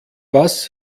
was